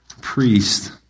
priest